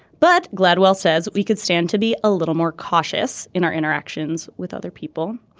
but gladwell says we could stand to be a little more cautious in our interactions with other people.